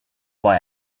why